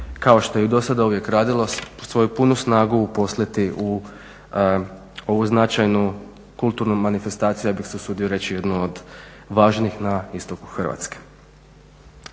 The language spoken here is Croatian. kao što je i do sada uvijek radilo, svoju punu snagu uposliti u ovu značajnu kulturnu manifestaciju, ja bih se usudio reći, jedno od važnijih na istoku Hrvatske.